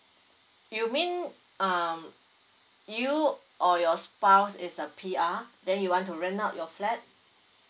you mean um you or your spouse is a P_R then you want to rent out your flat